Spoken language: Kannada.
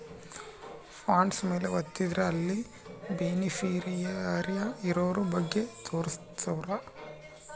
ಫಂಡ್ಸ್ ಮೇಲೆ ವತ್ತಿದ್ರೆ ಅಲ್ಲಿ ಬೆನಿಫಿಶಿಯರಿ ಇರೋರ ಬಗ್ಗೆ ತೋರ್ಸುತ್ತ